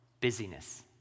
busyness